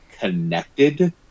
connected